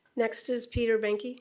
next is peter behnke.